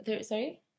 Sorry